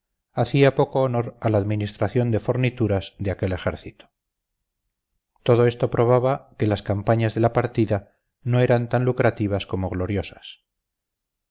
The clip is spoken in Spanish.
hacía poco honor a la administración de fornituras de aquel ejército todo esto probaba que las campañas de la partida no eran tan lucrativas como gloriosas